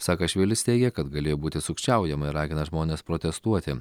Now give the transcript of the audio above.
saakašvilis teigia kad galėjo būti sukčiaujama ir ragina žmones protestuoti